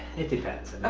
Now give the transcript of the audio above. it depends.